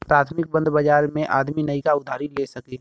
प्राथमिक बंध बाजार मे आदमी नइका उधारी ले सके